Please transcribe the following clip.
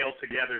together